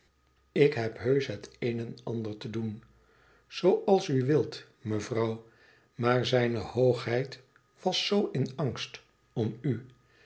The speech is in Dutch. ik heb heusch het een en ander te doen zooals u wil mevrouw maar zijne hoogheid was zoo in angst om u